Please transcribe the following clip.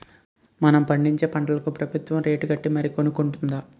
మనం పండించే పంటలకు ప్రబుత్వం రేటుకట్టి మరీ కొనుక్కొంటుంది